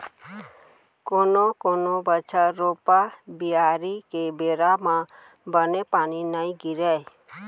कोनो कोनो बछर रोपा, बियारी के बेरा म बने पानी नइ गिरय